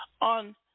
on